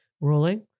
ruling